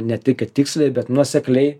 ne tik kad tiksliai bet nuosekliai